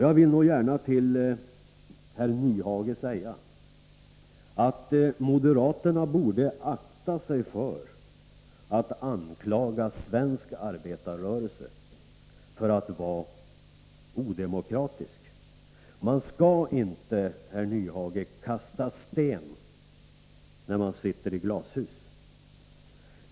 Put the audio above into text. Jag vill gärna till herr Nyhage säga, att moderaterna borde akta sig för att anklaga svensk arbetarrörelse för att vara odemokratisk. Man skall inte, herr Nyhage, kasta sten när man sitter i glashus.